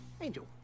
Angel